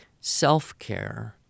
self-care